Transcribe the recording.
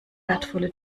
wertvolle